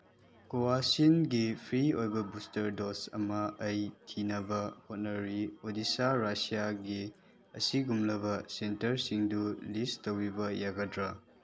ꯀꯣꯚꯥꯛꯁꯤꯟꯒꯤ free ꯑꯣꯏꯕ booster dose ꯑꯃ ꯑꯩ ꯊꯤꯅꯕ ꯍꯣꯠꯅꯔꯤ ꯑꯣꯗꯤꯁꯥ ꯔꯁꯤꯔꯥꯒꯤ ꯑꯁꯤꯒꯨꯝꯂꯕ ꯁꯦꯟꯇꯔꯁꯤꯡꯗꯨ ꯂꯤꯁ ꯇꯧꯕꯤꯕ ꯌꯥꯒꯗ꯭ꯔꯥ